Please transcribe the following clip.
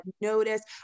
noticed